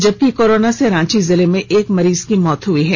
जबकि कोरोना से रांची जिले में एक मरीज की मौत हुई है